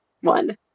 one